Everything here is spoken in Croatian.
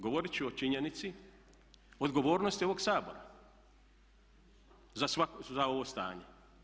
Govorit ću o činjenici, odgovornosti ovog Sabora za ovo stanje.